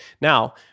Now